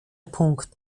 punkt